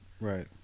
Right